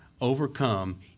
overcome